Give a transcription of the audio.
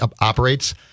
operates